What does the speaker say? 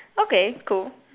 okay cool